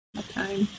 time